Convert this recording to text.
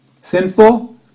sinful